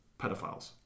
pedophiles